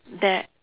that